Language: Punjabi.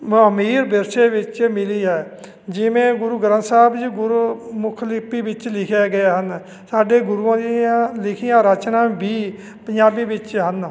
ਮ ਅਮੀਰ ਵਿਰਸੇ ਵਿੱਚ ਮਿਲੀ ਹੈ ਜਿਵੇਂ ਗੁਰੂ ਗ੍ਰੰਥ ਸਾਹਿਬ ਜੀ ਗੁਰਮੁਖ ਲਿਪੀ ਵਿੱਚ ਲਿਖਿਆ ਗਏ ਹਨ ਸਾਡੇ ਗੁਰੂਆਂ ਦੀਆਂ ਲਿਖੀਆਂ ਰਚਨਾ ਵੀ ਪੰਜਾਬੀ ਵਿੱਚ ਹਨ